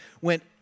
went